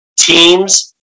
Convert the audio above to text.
teams